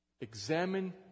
Examine